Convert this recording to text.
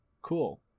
cool